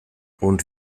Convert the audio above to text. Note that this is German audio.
und